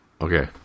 okay